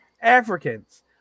Africans